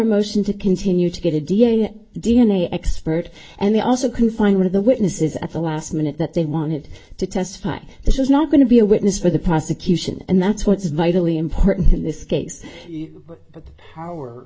motion to continue to get a d n a d n a expert and they also can find one of the witnesses at the last minute that they wanted to testify this is not going to be a witness for the prosecution and that's what's vitally important in this case our